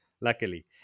Luckily